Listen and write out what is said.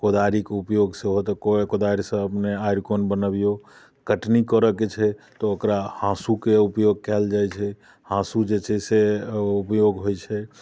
कोदारिके उपयोग सेहो तऽ कोदारिसँ अपने आरि कोन बनबियौ कटनी करयके छै तऽ ओकरा हाँसूके उपयोग कयल जाइत छै हाँसू जे छै से उपयोग होइत छै